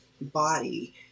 body